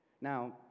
Now